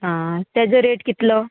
आं तेजो रेट कितलो